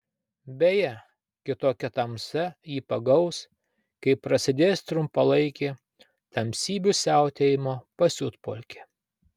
beje kitokia tamsa jį pagaus kai prasidės trumpalaikė tamsybių siautėjimo pasiutpolkė